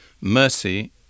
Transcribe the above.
mercy